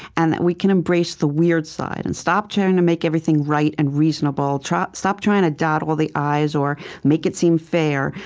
and that we can embrace the weird side, and stop trying to make everything right and reasonable, stop trying to dot all the i's or make it seem fair,